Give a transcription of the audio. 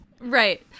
right